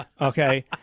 Okay